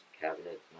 cabinet